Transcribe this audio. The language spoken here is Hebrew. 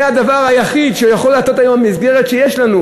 זה הדבר היחיד שיכול לתת היום מסגרת שיש לנו,